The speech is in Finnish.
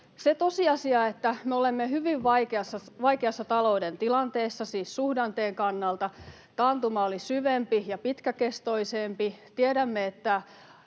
on tosiasia, että me olemme hyvin vaikeassa talouden tilanteessa, siis suhdanteen kannalta. Taantuma oli syvempi ja pitkäkestoisempi. Tiedämme, että